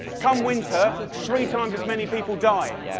come winter, three times as many people die.